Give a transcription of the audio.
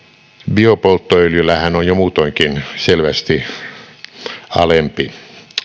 biopolttoöljyllähän on jo muutoinkin selvästi alempi